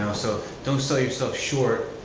so don't sell yourself short